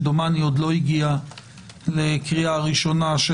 שדומני עוד לא הגיעה לקריאה ראשונה של